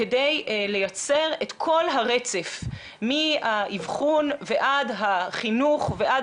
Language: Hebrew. כדי לייצר את כל הרצף מהאבחון ועד החינוך ועד